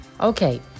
Okay